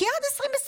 כי עד 2024